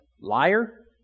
Liar